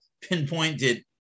pinpointed